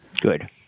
good